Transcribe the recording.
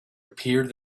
appeared